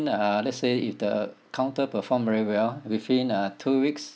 and uh let's say if the counter perform very well within uh two weeks